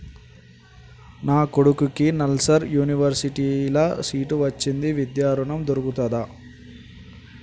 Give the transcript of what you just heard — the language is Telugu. నా కొడుకుకి నల్సార్ యూనివర్సిటీ ల సీట్ వచ్చింది విద్య ఋణం దొర్కుతదా?